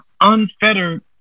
unfettered